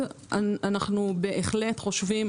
אנו בהחלט חושבים